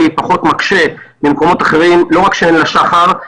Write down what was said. פחות מקשה במקומות אחרים לא רק שאין לה שחר,